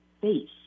face